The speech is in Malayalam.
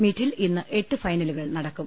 മീറ്റിൽ ഇന്ന് എട്ട് ഫൈനലുകൾ നടക്കും